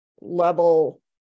level